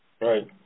Right